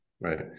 right